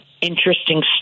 interesting